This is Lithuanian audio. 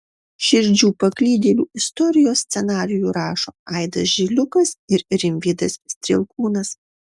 širdžių paklydėlių istorijos scenarijų rašo aidas žiliukas ir rimvydas strielkūnas